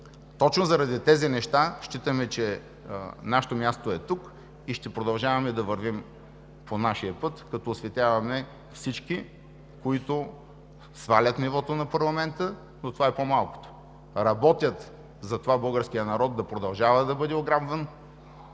Точно заради тези неща считаме, че нашето място е тук и ще продължаваме да вървим по нашия път, като осветяваме всички, които свалят нивото на парламента – но това е по-малкото – работят за това българският народ да продължава да бъде ограбван